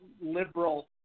liberal